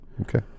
Okay